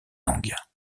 langues